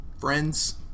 Friends